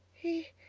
he.